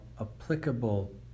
applicable